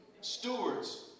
Stewards